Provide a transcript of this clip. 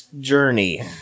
journey